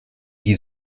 die